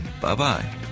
Bye-bye